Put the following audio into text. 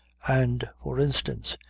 and, for instance,